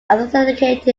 authenticated